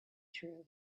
true